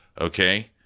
Okay